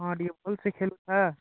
ହଁ ଟିକେ ଭଲ୍ସେ ଖେଳୁଥା